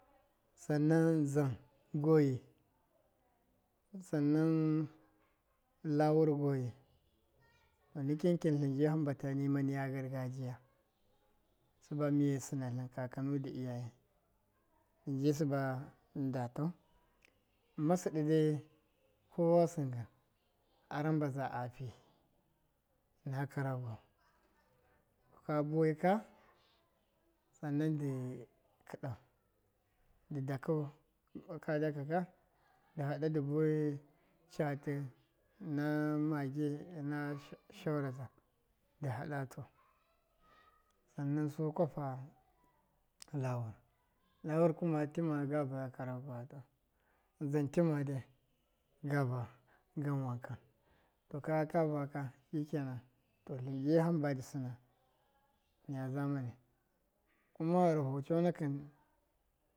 San nan dzan geyi san nan lawur geyi to nikinkin tlɨn ji hambata nima niya gargajiya, sɨba miye sɨnatlɨn kakanu da iyaye, tlɨnji sɨba tlɨnda tau masiɗɨ dai kowa sɨngan a rambaza a fi ɨna karago ka bu waika, san nan dɨ kɨ ɗau dɨ dakau, ka daka ka, dɨ hada dɨ buwai catɨ ɨna magi ɨna shoraza dɨ haɗa tu san nan su kwapa lawur, lawur kuma tima ga vaya karagowa tu, dzan timadai gan gava wanka, to kaga ga vaka, shɨkenan, to tlɨnji hamba di sɨnau niya zamani, kuma gharaho conakɨn.